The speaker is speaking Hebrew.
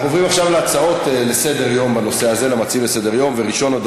אנחנו עוברים עכשיו להצעות לסדר-היום בנושא: ציון היום